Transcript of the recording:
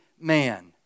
man